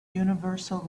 universal